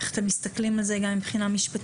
איך אתם מסתכלים על זה מבחינה משפטית?